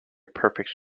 perfect